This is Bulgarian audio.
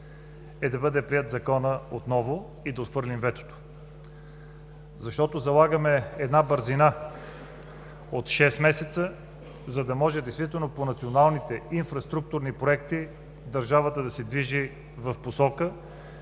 е да бъде приет Законът отново и да отхвърлим ветото. Залагаме една бързина от шест месеца, за да може действително по националните инфраструктурни проекти държавата да се движи в посока,